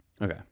Okay